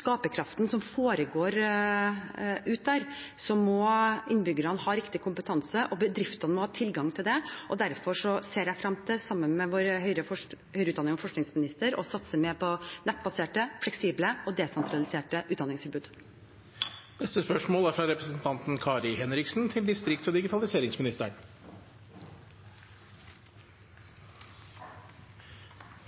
skaperkraften som foregår der ute, må innbyggerne ha riktig kompetanse, og bedriftene må ha tilgang til den. Derfor ser jeg frem til å satse mer på nettbaserte, fleksible og desentraliserte utdanningstilbud sammen med ministeren for høyere utdanning og forskning. Først vil jeg gratulere